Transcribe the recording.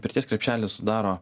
pirties krepšelį sudaro